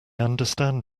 understand